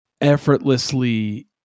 effortlessly